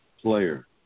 player